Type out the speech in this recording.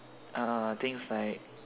uh things like